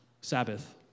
Sabbath